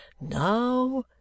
now